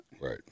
Right